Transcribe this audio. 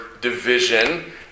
division